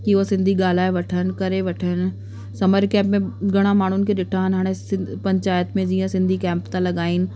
की उहा सिंधी ॻाल्हाए वठनि करे वठनि समर कैंप में घणा माण्हुनि खे ॾिठा आहिनि हाणे सिं पंचायत में जीअं सिंधी कैंप त लॻाइनि